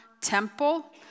temple